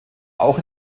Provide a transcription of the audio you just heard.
auch